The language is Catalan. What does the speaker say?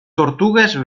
tortugues